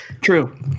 True